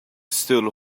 still